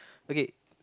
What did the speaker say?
okay